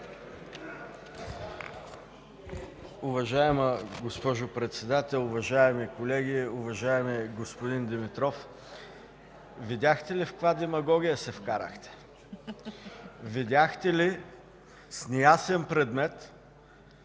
Уважаема госпожо Председател, уважаеми колеги! Уважаеми господин Димитров, видяхте ли в каква демагогия се вкарахте? Видяхте ли с неясен предмет